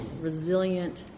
resilient